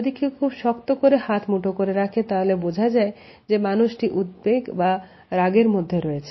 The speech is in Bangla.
যদি কেউ খুব শক্ত করে হাত মুঠো করে রাখে তাহলে বুঝা যায় যে মানুষটি উদ্বেগ বা রাগের মধ্যে রয়েছে